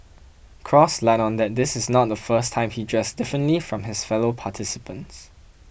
cross let on that this is not the first time he dressed differently from his fellow participants